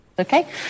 Okay